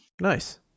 Nice